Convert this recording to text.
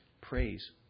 praise